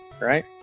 Right